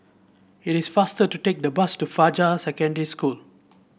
it is faster to take the bus to Fajar Secondary School